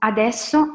Adesso